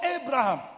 Abraham